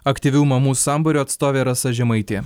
aktyvių mamų sambūrio atstovė rasa žemaitė